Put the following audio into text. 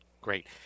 Great